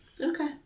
Okay